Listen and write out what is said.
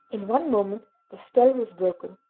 in one moment the spell was broken.